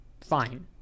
fine